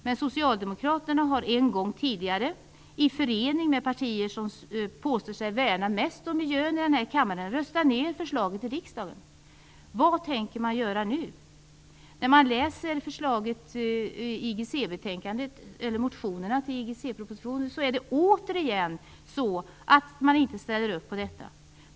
Men socialdemokraterna har en gång tidigare i förening med partier som påstår sig värna mest om miljön röstat ned det här förslaget i riksdagen. Vad tänker man göra nu? Motionerna till IGC-propositionen visar att man återigen inte ställer upp på detta.